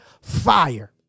fire